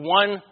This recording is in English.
one